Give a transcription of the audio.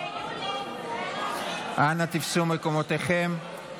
אנא תפסו את מקומותיכם.